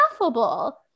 laughable